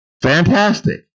fantastic